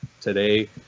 today